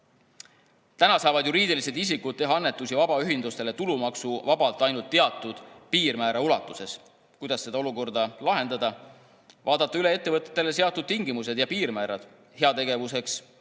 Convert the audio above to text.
Praegu saavad juriidilised isikud teha annetusi vabaühendustele tulumaksuvabalt ainult teatud piirmäära ulatuses. Kuidas seda olukorda lahendada? Tuleb vaadata üle ettevõtetele seatud tingimused ja piirmäärad heategevuseks